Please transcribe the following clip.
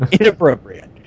inappropriate